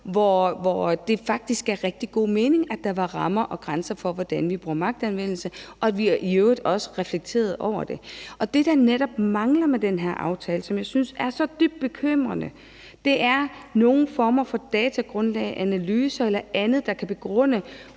hvor det faktisk gav rigtig god mening, at der var rammer og grænser for, hvordan vi bruger magtanvendelse, og at vi i øvrigt også reflekterede over det. Det, der netop mangler med den her aftale, som jeg synes er så dybt bekymrende, er forskellige former for datagrundlag, analyser eller andet, der kan begrunde,